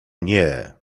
nie